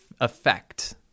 effect